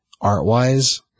art-wise